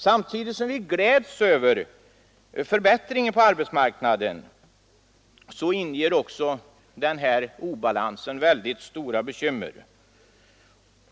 Samtidigt som vi gläds över förbättringen på arbetsmarknaden inger denna obalans mycket stora bekymmer.